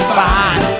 fine